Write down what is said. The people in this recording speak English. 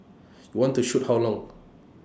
you want to shoot how long